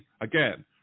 again